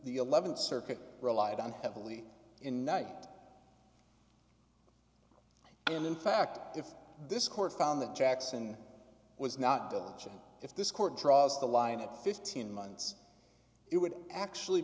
the th circuit relied on heavily in night and in fact if this court found that jackson was not diligent if this court draws the line at fifteen months it would actually